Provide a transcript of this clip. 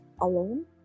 alone